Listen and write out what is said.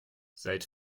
seit